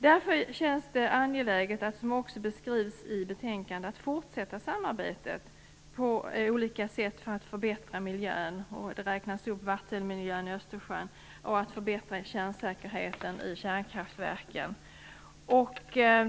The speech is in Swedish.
Därför känns det angeläget att, såsom också beskrivs i betänkandet, fortsätta samarbetet för att på olika sätt förbättra miljön. Som exempel nämns att förbättra vattenmiljön i Östersjön och säkerheten i kärnkraftverken.